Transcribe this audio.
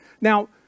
Now